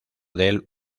del